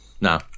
no